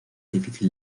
difícil